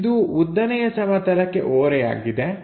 ಇದು ಉದ್ದನೆಯ ಸಮತಲಕ್ಕೆ ಓರೆಯಾಗಿದೆ